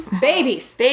Babies